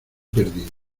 perdido